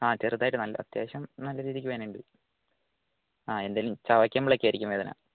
ആ ചെറുതായിട്ട് നല്ല അത്യാവശ്യം നല്ല രീതിക്ക് വേദനയുണ്ട് ആ എന്തേലും ചവക്കുമ്പോൾ ഒക്കെ ആയിരിക്കും വേദന